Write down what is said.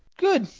good,